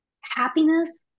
happiness